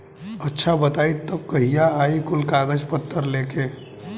अच्छा बताई तब कहिया आई कुल कागज पतर लेके?